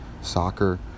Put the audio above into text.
soccer